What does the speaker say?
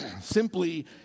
simply